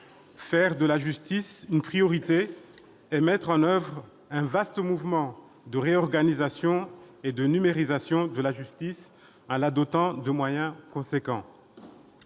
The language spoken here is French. faire de la justice une priorité et mettre en oeuvre un vaste mouvement de réorganisation et de numérisation de celle-ci, en la dotant de moyens importants.